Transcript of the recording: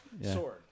sword